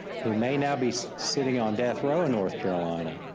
who may now be sitting on death row in north carolina,